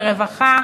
לרווחה,